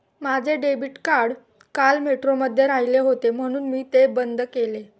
माझे debit card काल मेट्रोमध्ये राहिले होते म्हणून मी ते बंद केले